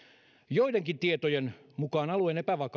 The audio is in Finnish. joidenkin tietojen mukaan alueen epävakautta